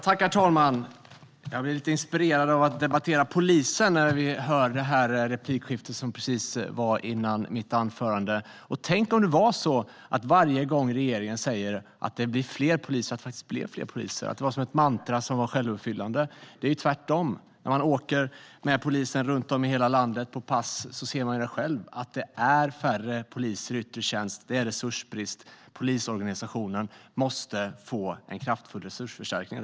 Herr talman! Jag blev lite inspirerad att debattera polisen när jag hörde replikskiftet precis före mitt anförande. Tänk om det varje gång regeringen säger att det blir fler poliser faktiskt också blev fler poliser - att det var som ett mantra som var självuppfyllande. Det är ju tvärtom. När man åker med polisen runt om i landet på pass ser man det själv: Det är färre poliser i yttre tjänst. Det råder resursbrist; polisorganisationen måste få en kraftig resursförstärkning.